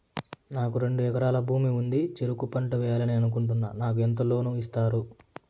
నాకు రెండు ఎకరాల భూమి ఉంది, చెరుకు పంట వేయాలని అనుకుంటున్నా, నాకు ఎంత లోను ఇస్తారు?